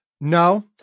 no